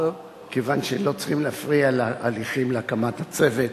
כיוון שלא צריכים להפריע להליכים להקמת הצוות,